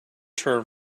term